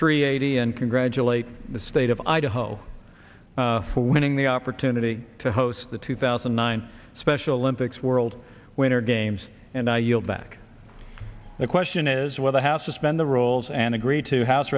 three eighty and congratulate the state of idaho for winning the opportunity to host the two thousand and nine special olympics world winter games and i yield back the question is whether how suspend the rules and agree to house